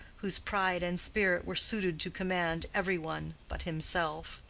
whose pride and spirit were suited to command every one but himself.